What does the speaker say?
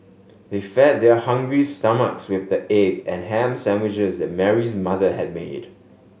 they fed their hungry stomachs with the egg and ham sandwiches that Mary's mother had made